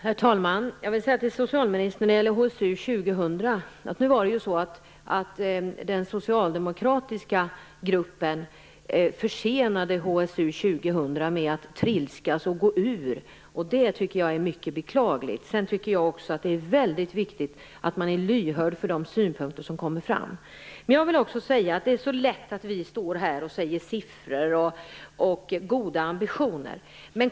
Herr talman! Jag vill säga till socialministern att det var den socialdemokratiska gruppen som försenade HSU 2000 genom att trilskas och går ur. Det tycker jag är mycket beklagligt. Jag tycker också att det är väldigt viktigt att man är lyhörd för de synpunkter som kommer fram. Jag vill också säga att det är lätt att stå här och prata om siffror och om goda ambitioner.